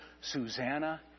Susanna